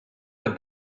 the